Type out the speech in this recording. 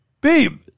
babe